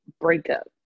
breakup